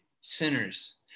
sinners